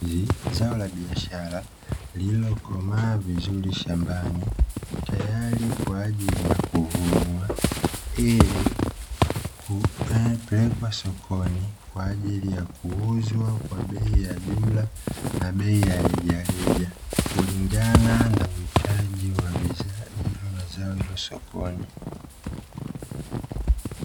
Zao la biashara lililokomaa vizuri shambani tayari kwa ajili ya kuvunwa, ili kupelekwa sokoni kwa ajili ya kuuzwa kwa bei ya jumla jumla na bei ya reja reja kulingana na uhitaji wa zao hilo sokoni.